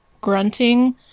grunting